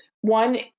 One